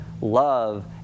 love